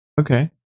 Okay